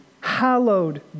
Hallowed